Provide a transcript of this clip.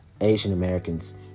Asian-Americans